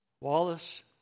Wallace